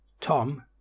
Tom